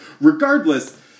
Regardless